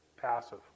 Passive